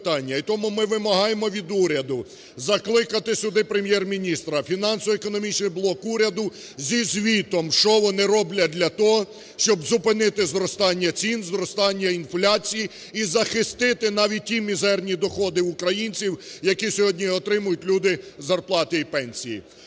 І тому ми вимагаємо від уряду закликати сюди Прем'єр-міністра, фінансово-економічний блок уряду зі звітом, що вони роблять для того, щоб зупинити зростання цін, зростання інфляції і захистити навіть ті мізерні доходи українців, які сьогодні отримують люди – зарплати і пенсії.